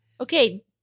Okay